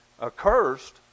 accursed